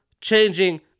changing